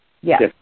Yes